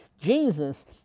Jesus